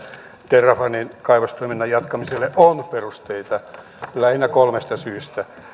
terrafamen kaivostoiminnan jatkamiselle on perusteita lähinnä kolmesta syystä